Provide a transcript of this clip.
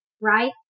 right